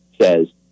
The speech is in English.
says